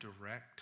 direct